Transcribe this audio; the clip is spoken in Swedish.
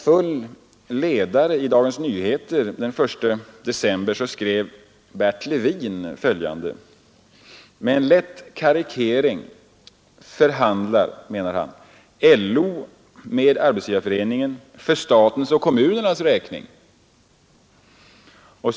Det har från den fackliga sidan framställts upprepade krav på att skattetrycket skall lättas, därför att man behöver en ökning av utrymmet för de enskilda människornas ekonomi.